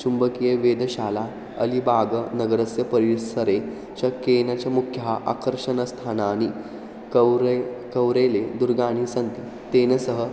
चुम्बकीय वेदशाला अलिबागनगरस्य परिसरे च केन च मुख्याः आकर्षण स्थानानि कौरे कौरेले दुर्गाणि सन्ति तेन सह